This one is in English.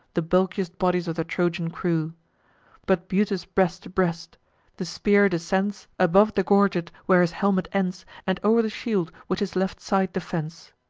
the bulkiest bodies of the trojan crew but butes breast to breast the spear descends above the gorget, where his helmet ends, and o'er the shield which his left side defends.